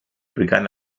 begann